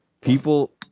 people